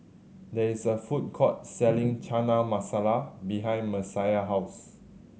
there is a food court selling Chana Masala behind Messiah house